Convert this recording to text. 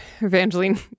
Evangeline